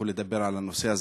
ימשיכו לדבר על הנושא הזה,